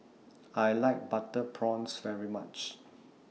I like Butter Prawns very much